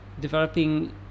developing